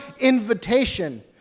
invitation